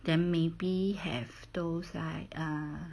then maybe have those like err